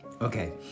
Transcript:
okay